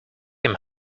him